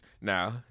now